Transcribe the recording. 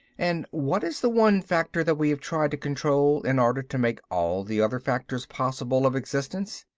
and what is the one factor that we have tried to control in order to make all the other factors possible of existence?